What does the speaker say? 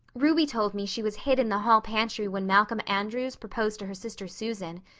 ruby told me she was hid in the hall pantry when malcolm andres proposed to her sister susan.